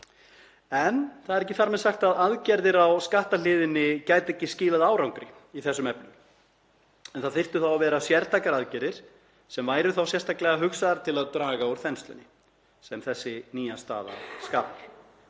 En það er ekki þar með sagt að aðgerðir á skattahliðinni gætu ekki skilað árangri í þessum efnum en það þyrftu þá að vera sértækar aðgerðir sem væru þá sérstaklega hugsaðar til að draga úr þenslunni sem þessi nýja staða skapar.